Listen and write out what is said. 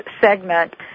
segment